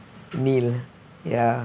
nil ya